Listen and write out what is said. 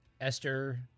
Esther